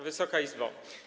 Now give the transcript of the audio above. Wysoka Izbo!